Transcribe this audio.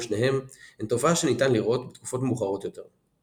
שניהם הן תופעה שניתן לראות בתקופות מאוחרות יותר.